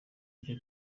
icyo